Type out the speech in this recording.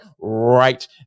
right